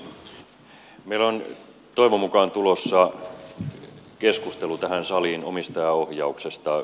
meillä on toivon mukaan tulossa keskustelu tähän saliin omistajaohjauksesta